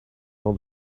all